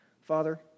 Father